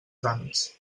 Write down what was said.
tràmits